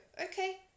Okay